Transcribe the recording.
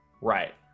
Right